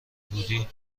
بودی